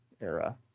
era